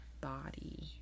body